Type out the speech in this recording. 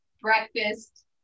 breakfast